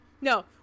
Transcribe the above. No